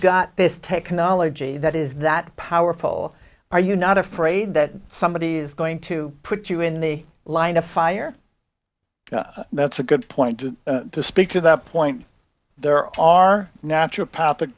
got this technology that is that powerful are you not afraid that somebody is going to put you in the line of fire that's a good point to speak to that point there are natural